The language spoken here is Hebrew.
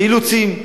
זה אילוצים.